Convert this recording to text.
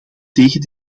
tegen